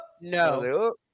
No